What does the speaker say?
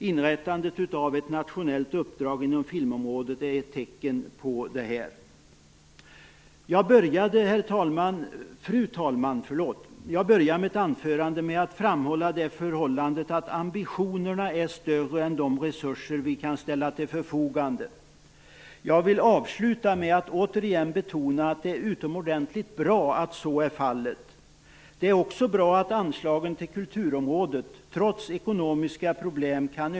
Inrättande av ett nationellt uppdrag inom filmområdet är ett tecken på det. Jag började mitt anförande, fru talman, med att framhålla förhållandet att ambitionerna är större än de resurser vi kan ställa till förfogande. Jag vill avsluta med att återigen betona att det är utomordentligt bra att så är fallet. Det är också bra att anslagen till kulturområdet kan öka, trots ekonomiska problem.